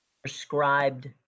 prescribed